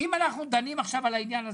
אם אנחנו דנים עכשיו על העניין הזה,